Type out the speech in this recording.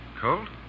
Cold